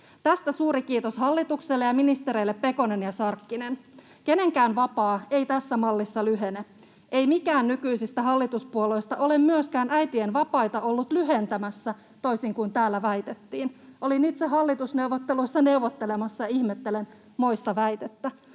Tästä suuri kiitos hallitukselle ja ministereille Pekonen ja Sarkkinen. Kenenkään vapaa ei tässä mallissa lyhene. Ei mikään nykyisistä hallituspuolueista ole myöskään äitien vapaita ollut lyhentämässä, toisin kuin täällä väitettiin. Olin itse hallitusneuvotteluissa neuvottelemassa, ja ihmettelen moista väitettä.